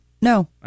No